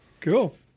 Cool